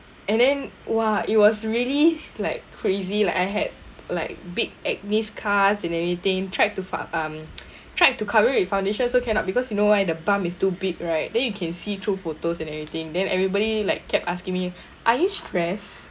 and then !wah! it was really like crazy like I had like big acne scars and everything tried to fou~ um tried to cover it with foundation also cannot because you know why the bump is too big right then you can see through photos and everything then everybody like kept asking me are you stressed